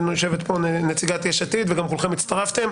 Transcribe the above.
יושבת כאן נציגת יש עתיד וגם כולכם הצטרפתם.